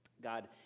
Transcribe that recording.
God